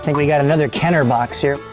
and we got another kenner box here,